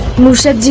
mushak.